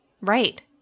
Right